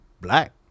black